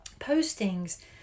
postings